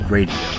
Radio